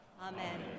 Amen